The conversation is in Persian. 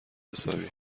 حسابی